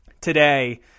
today